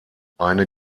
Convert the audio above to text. eine